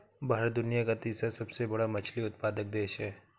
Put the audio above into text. भारत दुनिया का तीसरा सबसे बड़ा मछली उत्पादक देश है